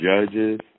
judges